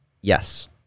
Yes